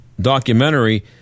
documentary